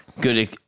good